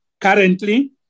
currently